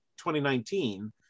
2019